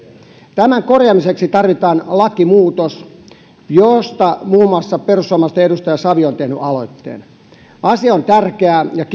tämän korjaamiseksi tarvitaan lakimuutos josta muun muassa perussuomalaisten edustaja savio on tehnyt aloitteen asia on tärkeä ja